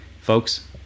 Folks